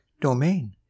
domain